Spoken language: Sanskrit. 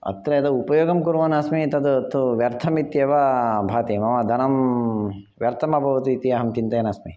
अत्र यदा उपयोगं कुर्वन्नस्मि तत् तु व्यर्थमित्येव भाति मम धनं व्यर्थमभवत् इति अहं चिन्तयन् अस्मि